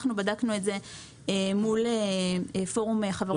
אנחנו בדקנו את זה מול פורום חברות התעבורה.